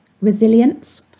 resilience